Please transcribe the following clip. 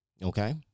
Okay